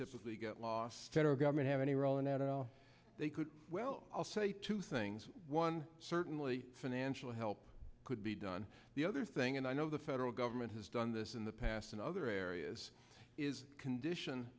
typically get lost federal government have any role in that at all they could well i'll say two things one certainly financial help could be done the other thing and i know the federal government has done this in the past in other areas is condition